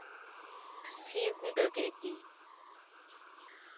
ᱥᱤ ᱜᱩᱸᱰᱟᱹ ᱠᱮᱫ ᱜᱮ